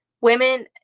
women